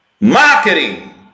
marketing